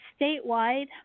statewide